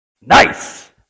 nice